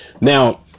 Now